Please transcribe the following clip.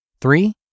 Three